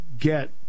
get